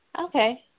okay